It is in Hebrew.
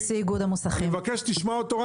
-- אני מבקש שתשמע אותו,